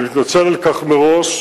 ואני מתנצל על כך מראש.